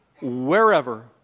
wherever